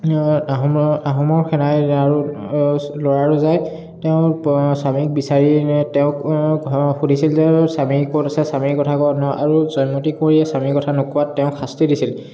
আহোমৰ আহোমৰ সেনাই আৰু ল'ৰা ৰজাই তেওঁ স্বামীক বিচাৰি তেওঁক সুধিছিল যে স্বামী ক'ত আছে স্বামী কথা ক আৰু জয়মতী কোঁৱৰীয়ে স্বামীৰ কথা নোকোৱাত তেওঁ শাস্তি দিছিল